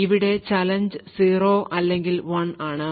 ഇവിടെ ചലഞ്ച് 0 അല്ലെങ്കിൽ 1 ആണ്